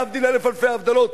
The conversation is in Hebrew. להבדיל אלף אלפי הבדלות,